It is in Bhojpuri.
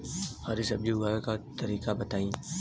हरा सब्जी उगाव का तरीका बताई?